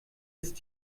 ist